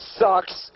sucks